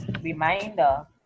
reminder